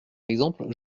exemple